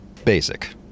Basic